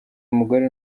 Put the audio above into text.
umugore